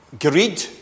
greed